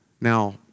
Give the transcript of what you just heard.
Now